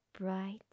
bright